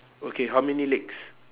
okay how many legs